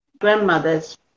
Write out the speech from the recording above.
grandmothers